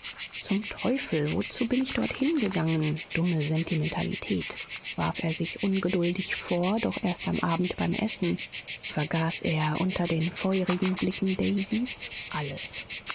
zum teufel wozu bin ich dort hingegangen dumme sentimentalität warf er sich ungeduldig vor doch erst am abend beim essen vergaß er unter den feurigen blicken daisys alles